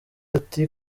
ati